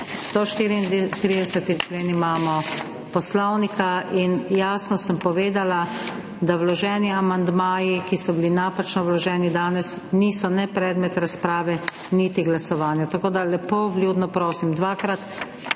134. člen Poslovnika in jasno sem povedala, da vloženi amandmaji, ki so bili napačno vloženi, danes niso predmet razprave, niti glasovanja. Tako da lepo, vljudno prosim, dvakrat